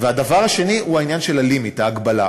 הדבר השני הוא עניין ה-limit, ההגבלה.